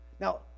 Now